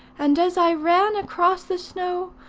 and as i ran across the snow,